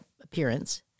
appearance